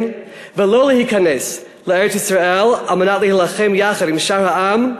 ולא להיכנס לארץ-ישראל על מנת להילחם יחד עם שאר העם,